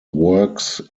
works